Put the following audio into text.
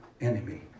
enemy